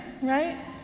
Right